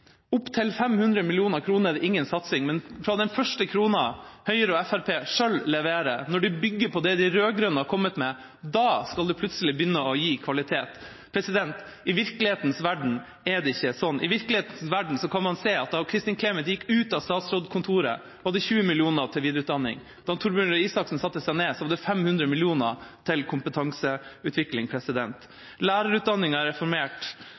opptil 500 mill. kr er ingen satsing. Men fra den første krona Høyre og Fremskrittspartiet selv leverer, når de bygger på det de rød-grønne har kommet med, da skal det plutselig begynne å gi kvalitet. I virkelighetens verden er det ikke sånn. I virkelighetens verden kan man se at da Kristin Clemet gikk ut av statsrådskontoret, var det 20 mill. kr til videreutdanning. Da Torbjørn Røe Isaksen satte seg ned, var det 500 mill. kr til kompetanseutvikling. Lærerutdanninga er reformert,